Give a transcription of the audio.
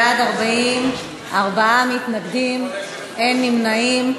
בעד, 40, ארבעה מתנגדים ואין נמנעים.